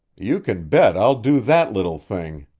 you can bet i'll do that little thing!